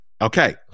Okay